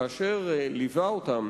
כאשר ליווה אותם